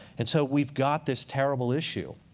and so we've got this terrible issue.